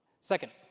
Second